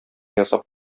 ясап